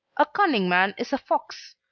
a cunning man is a fox,